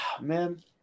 Man